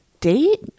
date